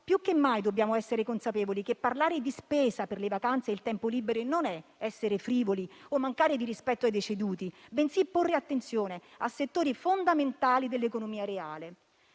più che mai dobbiamo essere consapevoli che parlare di spesa per le vacanze e il tempo libero non è essere frivoli o mancare di rispetto ai deceduti bensì porre attenzione a settori fondamentali dell'economia reale.